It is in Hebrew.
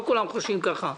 לא כולם חושבים כך.